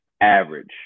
average